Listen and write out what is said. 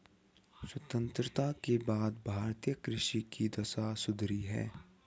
स्वतंत्रता के बाद भारतीय कृषि की दशा सुधरी है